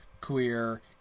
queer